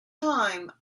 time